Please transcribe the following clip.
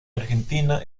argentina